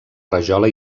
rajola